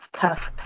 tough